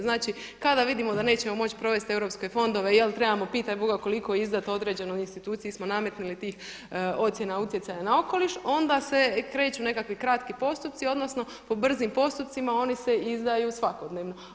Znači kada vidimo da nećemo moći provesti europske fondove jel trebamo pitaj Boga koliko izdati određenoj instituciji smo nametnuli tih ocjena utjecaja na okoliš onda se kreću nekakvi kratki postupci odnosno po brzim postupcima oni se izdaju svakodnevno.